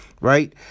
Right